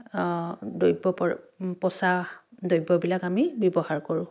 দ্ৰব্য পচা দ্ৰব্যবিলাক আমি ব্যৱহাৰ কৰোঁ